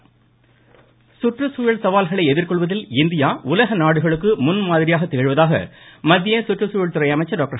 ஹ்ஷ்வர்தன் சுற்றுச்சூழல் சவால்களை எதிர்கொள்வதில் இந்தியா உலக நாடுகளுக்கு முன்மாதிரியாக திகழ்வதாக மத்திய சுற்றுச்சூழல் துறை அமைச்சர் டாக்டர்